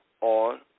on